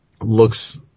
looks